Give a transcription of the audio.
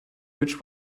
which